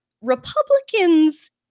Republicans